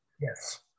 Yes